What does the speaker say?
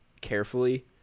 carefully